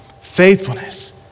Faithfulness